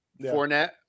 Fournette